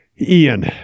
Ian